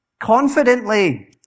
Confidently